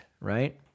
right